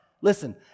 listen